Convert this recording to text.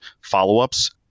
follow-ups